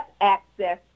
access